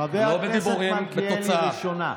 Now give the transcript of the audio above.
חבר הכנסת מלכיאלי, ראשונה.